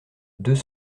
deux